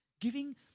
giving